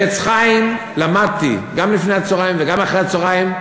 ב"עץ חיים" למדתי גם לפני הצהריים וגם אחרי הצהריים.